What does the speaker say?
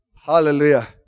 Hallelujah